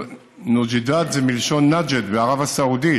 נוג'ידאת זה מלשון נג'יד בערב הסעודית,